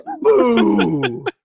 Boo